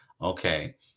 Okay